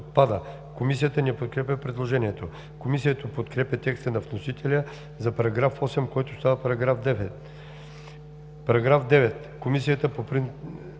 Комисията не подкрепя предложението. Комисията подкрепя текста на вносителя за § 8, който става § 9.